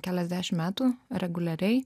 keliasdešim metų reguliariai